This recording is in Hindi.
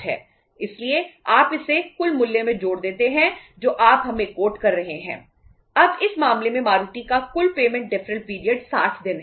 इसलिए आप इसे कुल मूल्य में जोड़ देते हैं जो आप हमें कोट 60 दिन है